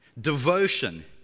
Devotion